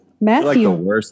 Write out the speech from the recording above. Matthew